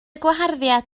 gwaharddiad